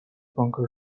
bunker